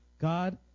God